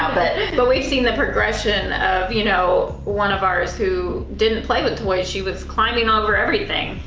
but. but we've seen the progression of, you know, one of ours who didn't play with toys. she was climbing over everything,